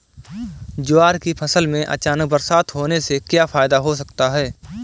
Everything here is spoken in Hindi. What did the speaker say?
ज्वार की फसल में अचानक बरसात होने से क्या फायदा हो सकता है?